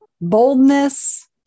boldness